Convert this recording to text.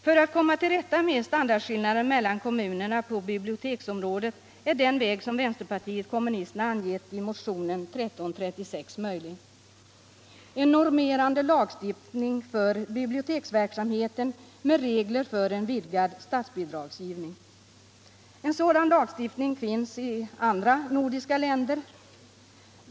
För att komma till rätta med standardskillnaderna mellan kommunerna på biblioteksområdet är den väg som vänsterpartiet kommunisterna angivit i motionen 1336 möjlig, dvs. en normerande lagstiftning för biblioteksverksamheten med regler för en vidgad statsbidragsgivning. En sådan lagstiftning finns i andra nordiska länder.